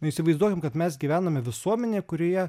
nu įsivaizduojam kad mes gyvename visuomenėj kurioje